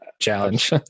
challenge